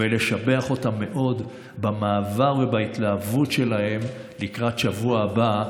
ולשבח אותם מאוד על המעבר ועל ההתלהבות שלהם לקראת השבוע הבא,